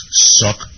Suck